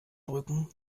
drücken